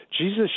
Jesus